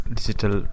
Digital